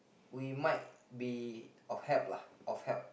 we might be of help lah of help